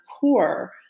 core